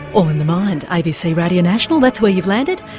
all in the mind, abc radio national that's where you've landed,